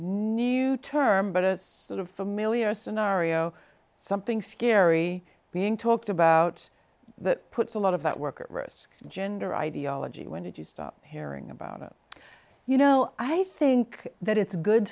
new term but it's sort of familiar scenario something scary being talked about that puts a lot of that work at risk gender ideology when did you stop hearing about it you know i think that it's good